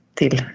till